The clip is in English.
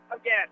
Again